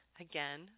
again